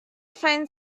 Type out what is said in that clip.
find